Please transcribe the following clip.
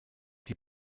die